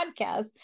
podcast